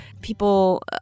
people